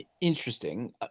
interesting